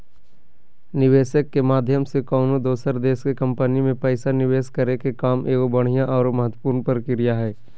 निवेशक के माध्यम से कउनो दोसर देश के कम्पनी मे पैसा निवेश करे के काम एगो बढ़िया आरो महत्वपूर्ण प्रक्रिया हय